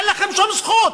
אין לכם שום זכות